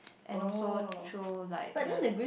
and also through like the